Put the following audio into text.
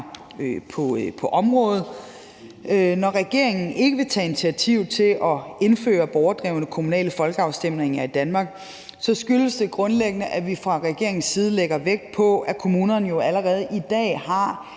på området. Når regeringen ikke vil tage initiativ til at indføre borgerdrevne kommunale folkeafstemninger i Danmark, skyldes det grundlæggende, at vi fra regeringens side lægger vægt på, at kommunerne jo allerede i dag har